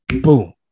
boom